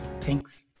thanks